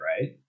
right